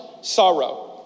sorrow